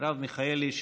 מרב מיכאלי,